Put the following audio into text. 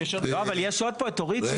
לא אבל יש פה את אורית.